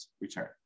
return